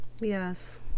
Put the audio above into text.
yes